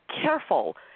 careful